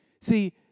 See